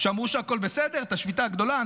את השביתה הגדולה,